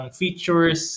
features